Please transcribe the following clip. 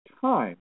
time